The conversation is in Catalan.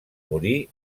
morir